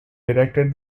directed